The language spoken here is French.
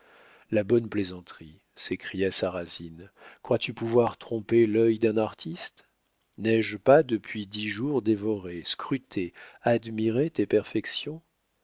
la bonne plaisanterie s'écria sarrasine crois-tu pouvoir tromper l'œil d'un artiste n'ai-je pas depuis dix jours dévoré scruté admiré tes perfections